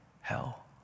hell